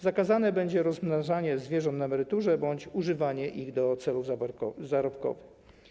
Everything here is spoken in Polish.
Zakazane będzie rozmnażanie zwierząt na emeryturze bądź używanie ich do celów zarobkowych.